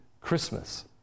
Christmas